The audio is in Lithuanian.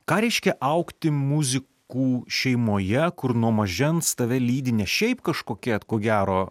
ką reiškia augti muzikų šeimoje kur nuo mažens tave lydi ne šiaip kažkokie ko gero